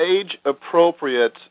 age-appropriate